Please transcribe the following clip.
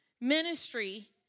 ministry